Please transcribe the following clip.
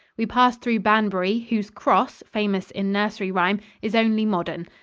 we passed through banbury, whose cross, famous in nursery rhyme, is only modern.